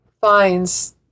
finds